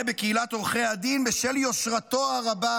לו בקהילת עורכי הדין בשל יושרתו הרבה,